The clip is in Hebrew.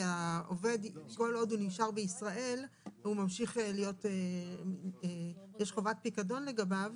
כי כל עוד העובד נשאר בישראל יש חובת פיקדון לגביו.